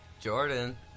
Jordan